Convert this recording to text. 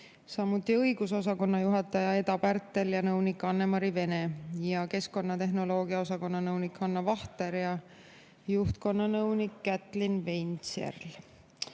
samuti õigusosakonna juhataja Eda Pärtel ja nõunik Annemari Vene ning keskkonnatehnoloogia osakonna nõunik Hanna Vahter ja juhtkonna nõunik Kätlin Weinzierl.